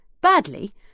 badly